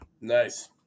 Nice